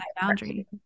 boundary